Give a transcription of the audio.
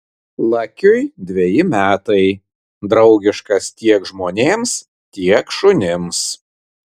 lakiui dveji metai draugiškas tiek žmonėms tiek šunims